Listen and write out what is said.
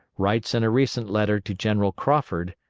writes in a recent letter to general crawford,